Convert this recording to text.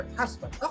husband